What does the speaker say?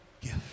gift